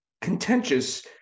contentious